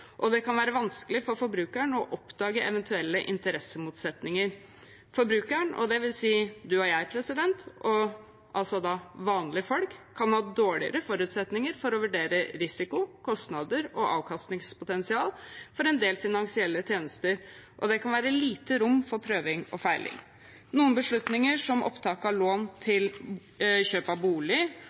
og det kan være vanskelig for forbrukeren å oppdage eventuelle interessemotsetninger. Forbrukeren – det vil si du og jeg, president, altså vanlige folk – kan ha dårligere forutsetninger for å vurdere risiko, kostnader og avkastningspotensial for en del finansielle tjenester, og det kan være lite rom for prøving og feiling. Noen beslutninger, som opptak av lån til kjøp av bolig